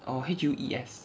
E H U E S C